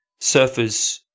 surfers